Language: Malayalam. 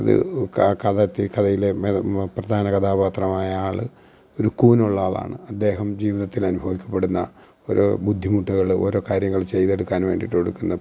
ഒരു കഥ ഈ കഥയിലെ പ്രധാന കഥാപാത്രമായ ആൾ ഒരു കൂനുള്ള ആളാണ് അദ്ദേഹം ജീവിതത്തിൽ അനുഭവിക്കപ്പെടുന്ന ഓരോ ബുദ്ധിമുട്ടുകൾ ഓരോ കാര്യങ്ങൾ ചെയ്തെടുക്കാൻ വേണ്ടിയിട്ടെടുക്കുന്ന